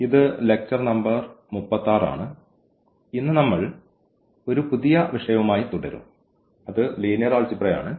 ഇത് lecture number 36 ആണ് ഇന്ന് നമ്മൾ ഒരു പുതിയ വിഷയവുമായി തുടരും അത് ലീനിയർ ആൾജിബ്രയാണ്